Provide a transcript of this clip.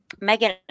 megan